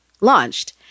launched